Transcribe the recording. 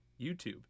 YouTube